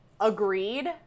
Agreed